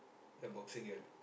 the boxing girl